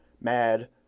mad